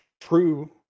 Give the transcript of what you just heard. true